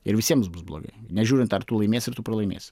ir visiems bus blogai nežiūrint ar tu laimėsi ar tu pralaimėsi